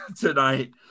tonight